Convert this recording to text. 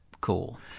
cool